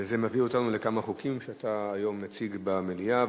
וזה מביא אותנו לכמה חוקים שאתה היום מציג במליאה,